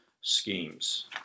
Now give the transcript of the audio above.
schemes